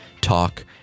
Talk